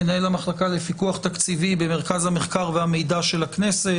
מנהל המחלקה לפיקוח תקציבי במרכז המחקר והמידע של הכנסת.